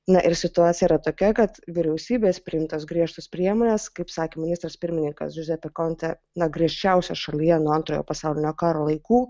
na ir situacija yra tokia kad vyriausybės priimtos griežtos priemones kaip sakė ministras pirmininkas džiuzepė konta na griežčiausios šalyje nuo antrojo pasaulinio karo laikų